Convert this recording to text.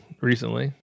recently